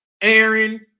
Aaron